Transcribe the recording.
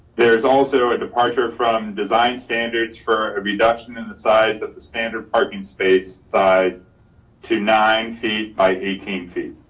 there's also a departure from design standards for a reduction in the size of the standard parking space size to nine feet by eighteen feet.